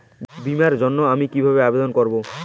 বিমার জন্য আমি কি কিভাবে আবেদন করব?